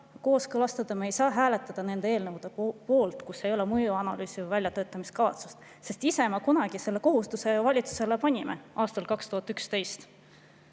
eelnõusid, me ei saa hääletada nende eelnõude poolt, millel ei ole mõjuanalüüsi ega väljatöötamiskavatsust. Sest ise me kunagi selle kohustuse ju valitsusele panime, aastal 2011.